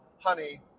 honey